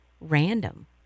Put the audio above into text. random